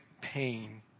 pain